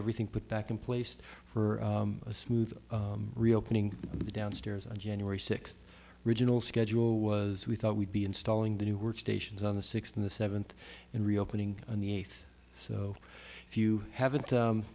everything put back in place for a smooth reopening the downstairs on january sixth original schedule was we thought we'd be installing the new workstations on the sixth in the seventh and reopening on the eighth so if you haven't